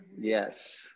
Yes